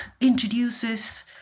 introduces